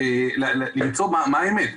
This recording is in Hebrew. למצוא מה האמת,